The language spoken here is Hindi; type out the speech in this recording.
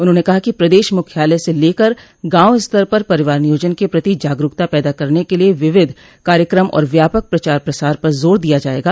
उन्होंने कहा कि प्रदेश मुख्यालय से लेकर गांव स्तर पर परिवार नियोजन के प्रति जागरूकता पैदा करने के लिये विविध कार्यक्रम और व्यापक प्रचार प्रसार पर जोर दिया जायेगा